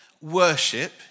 worship